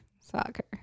Soccer